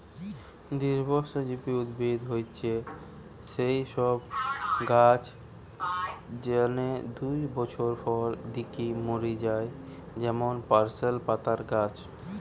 দ্বিবর্ষজীবী উদ্ভিদ হয়ঠে সৌ সব গাছ যানে দুই বছর ফল দিকি মরি যায় যেমন পার্সলে পাতার গাছ